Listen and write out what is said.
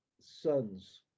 sons